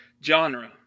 Genre